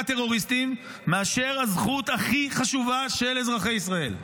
הטרוריסטים על הזכות הכי חשובה של אזרחי ישראל,